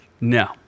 No